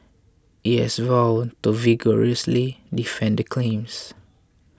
it has vowed to vigorously defend the claims